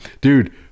Dude